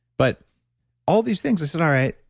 but all these things i said, all right,